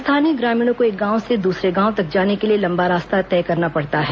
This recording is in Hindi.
स्थानीय ग्रामीणों को एक गांव र्से दूसरे गांव तक जाने के लिए लंबा रास्ता तय करना पड़ता है